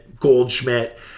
Goldschmidt